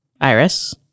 iris